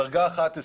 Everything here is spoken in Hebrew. דרגה 11,